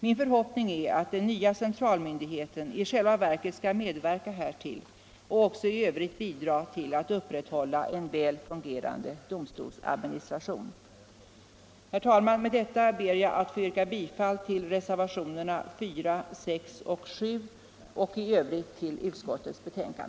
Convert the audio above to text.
Min förhoppning är att den nya centralmyndigheten i själva verket kan medverka härtill och också i övrigt bidra till att upprätthålla en väl fungerande domstolsadministration. Herr talman! Med detta ber jag att få yrka bifall till reservationerna 4, 6 och 7 och i övrigt bifall till utskottets hemställan.